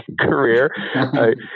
career